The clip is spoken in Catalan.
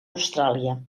austràlia